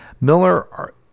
Miller